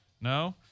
no